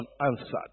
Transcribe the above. unanswered